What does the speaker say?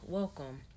welcome